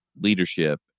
leadership